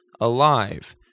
alive